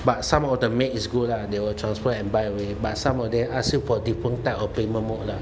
but some of the maid is good lah they will transfer and buy away but some of them ask you for different type of payment mode lah